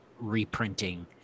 reprinting